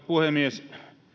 puhemies